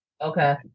Okay